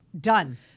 done